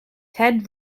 ted